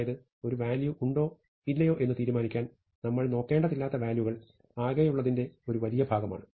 അതായത് ഒരു വാല്യൂ ഉണ്ടോ ഇല്ലയോ എന്ന് തീരുമാനിക്കാൻ നമ്മൾ നോക്കേണ്ടതില്ലാത്ത വാല്യൂകൾ ആകെയുള്ളതിന്റെ ഒരു വലിയ ഭാഗമാണ്